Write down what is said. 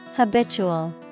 Habitual